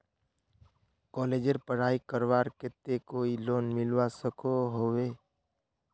कॉलेजेर पढ़ाई करवार केते कोई लोन मिलवा सकोहो होबे?